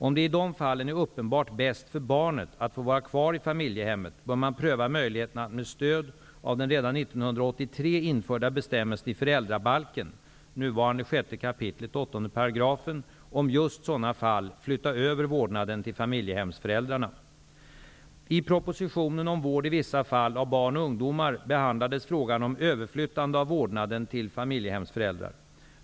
Om det i de fallen är uppenbart bäst för barnet att få vara kvar i familjehemmet bör man pröva möjligheten att med stöd av den redan 1983 6 kap. 8 §) om just sådana fall flytta över vårdnaden till familjehemsföräldrarna. I propositionen om vård i vissa fall av barn och ungdomar behandlades frågan om överflyttande av vårdnaden till familjehemsföräldrar.